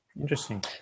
Interesting